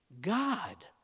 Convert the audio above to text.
God